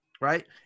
Right